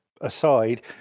aside